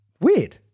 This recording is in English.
Weird